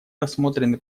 рассмотрены